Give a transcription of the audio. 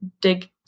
dig